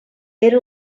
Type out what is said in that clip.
era